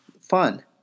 fun